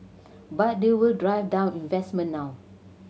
but they will drive down investment now